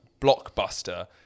blockbuster